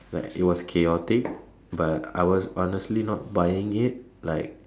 like it was chaotic but I was honestly not buying it like